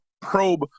probe